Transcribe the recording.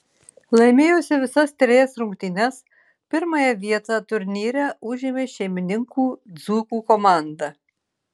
laimėjusi visas trejas rungtynes pirmąją vietą turnyre užėmė šeimininkų dzūkų komanda